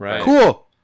cool